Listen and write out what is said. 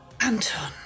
Anton